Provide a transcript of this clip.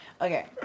Okay